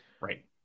Right